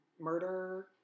murder